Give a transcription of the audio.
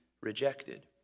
rejected